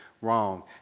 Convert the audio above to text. wrong